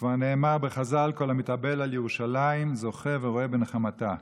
וכבר נאמר בחז"ל: כל המתאבל על ירושלים זוכה ורואה בנחמתה,